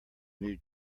new